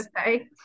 okay